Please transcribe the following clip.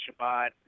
Shabbat